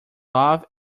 love